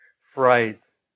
frights